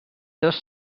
dos